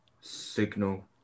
signal